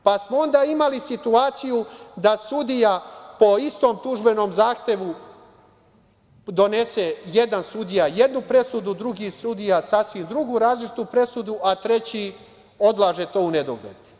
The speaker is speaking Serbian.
Onda smo imali situaciju da sudija po istom tužbenom zahtevu donese jedna sudija jednu presudu, drugi sudija sasvim drugu, različitu presudu, a treći odlaže to u nedogled.